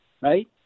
Right